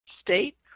state